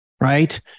right